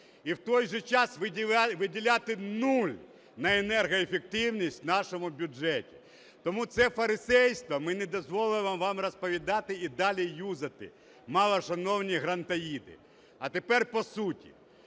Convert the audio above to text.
і в той же час виділяти нуль на енергоефективність в нашому бюджеті. Тому це фарисейство ми не дозволимо вам розповідати і далі юзати, малошановні грантоїди. А тепер по суті.